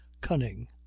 cunning